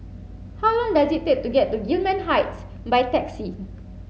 how long does it take to get to Gillman Heights by taxi